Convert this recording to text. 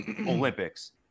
Olympics